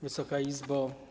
Wysoka Izbo!